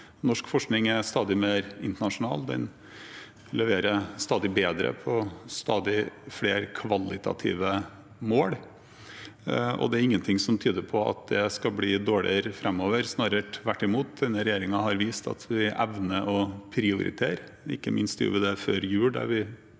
Norsk forskning er stadig mer internasjonal. Den leverer stadig bedre på stadig flere kvalitative mål, og det er ingenting som tyder på at det skal bli dårligere framover – snarere tvert imot. Denne regjeringen har vist at vi evner å prioritere. Ikke minst gjorde vi det før jul, da vi